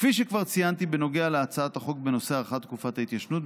כפי שכבר ציינתי בנוגע להצעת החוק בנושא הארכת תקופת ההתיישנות,